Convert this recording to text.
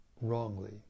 wrongly